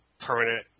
permanent